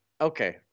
Okay